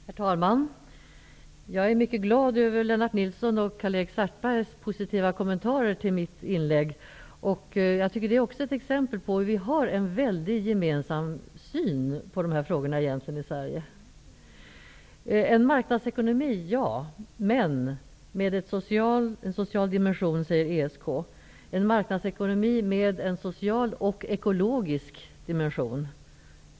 Herr talman! Jag är mycket glad över Lennart Nilssons och Karl-Erik Svartbergs positiva kommentarer till mitt inlägg. Jag tycker att det är ett exempel på att vi har en gemensam syn på dessa frågor i Sverige. ESK säger ja till en marknadsekonomi med en social dimension. Centern säger ja till en marknadsekonomi med en social och ekologisk dimension.